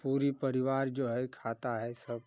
पूरा परिवार जो है खाता है सब